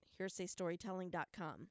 hearsaystorytelling.com